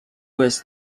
was